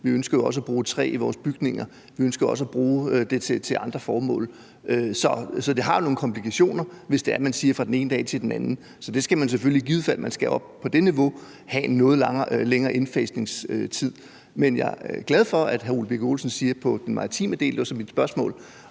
Vi ønsker jo også at bruge træ i vores bygninger, og vi ønsker også at bruge træ til andre formål. Så der er nogle komplikationer, hvis man siger, at det er fra den ene dag til den anden. Så hvis man i givet fald skal op på det niveau, skal man have en noget længere indfasningsperiode. Men jeg er glad for, at hr. Ole Birk Olesen på den maritime del, som mit spørgsmål